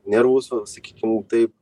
nervus va sakykim taip